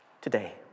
today